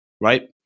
right